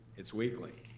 it's weekly,